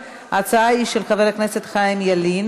ההצעה היא של חבר כנסת חיים ילין,